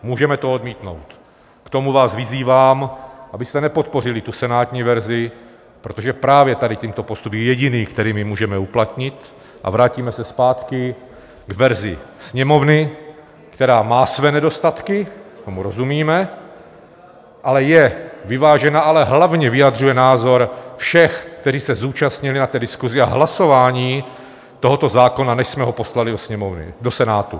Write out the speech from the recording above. Můžeme to odmítnout k tomu vás vyzývám, abyste nepodpořili senátní verzi, protože právě tady tento postup je jediný, který my můžeme uplatnit, a vrátíme se zpátky k verzi Sněmovny, která má své nedostatky, tomu rozumíme, ale je vyvážená, ale hlavně vyjadřuje názor všech, kteří se zúčastnili na diskusi a hlasování tohoto, než jsme ho poslali do Senátu.